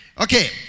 Okay